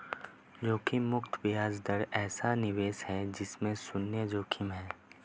जोखिम मुक्त ब्याज दर ऐसा निवेश है जिसमें शुन्य जोखिम है